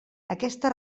aquesta